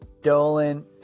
Dolan